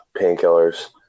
painkillers